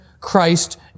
christ